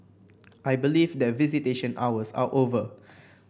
I believe that visitation hours are over